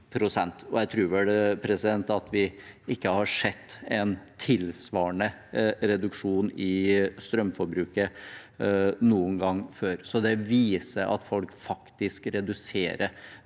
Jeg tror vel ikke vi har sett en tilsvarende reduksjon i strømforbruket noen gang før, så det viser at folk faktisk reduserer